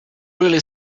really